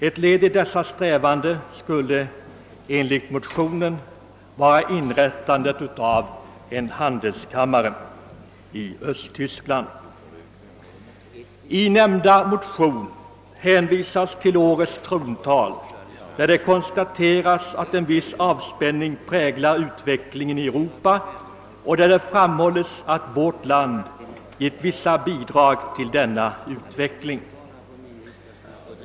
Ett led i dessa strävanden skulle enligt motionärerna vara inrättandet av en handelskammare i Östtyskland. I motionen hänvisas till årets trontal där det konstaterades, att en viss avspänning präglar utvecklingen i Europa och att vårt land gett vissa bidrag till denna utveckling.